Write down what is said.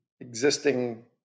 existing